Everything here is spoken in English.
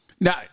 Now